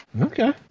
Okay